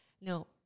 No